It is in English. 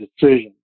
decision